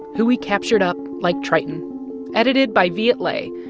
who we captured up like triton edited by viet le,